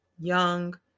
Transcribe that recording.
young